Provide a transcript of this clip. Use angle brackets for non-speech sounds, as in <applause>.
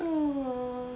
<noise>